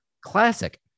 Classic